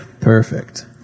Perfect